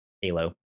Halo